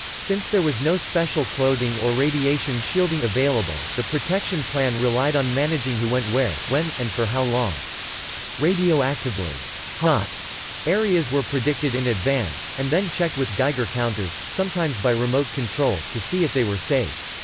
since there was no special clothing or radiation shielding available, the protection plan relied on managing who went where, when, and for how long radioactively hot areas were predicted in advance, and then checked with geiger counters, sometimes by remote control, to see if they were safe.